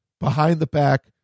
behind-the-back